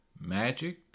magic